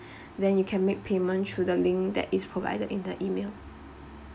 then you can make payment through the link that is provided in the email